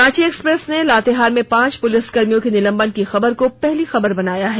Ranchi Express ने लातेहार में पांच पुलिसकर्मियों के निलंबन की खबर को पहली खबर बनाया है